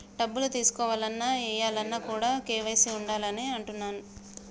డబ్బులు తీసుకోవాలన్న, ఏయాలన్న కూడా కేవైసీ ఉండాలి అని అంటుంటరు